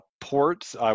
ports